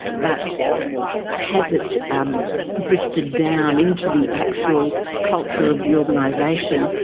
but has it um drifted down into the actual culture of the organisation?